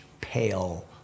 pale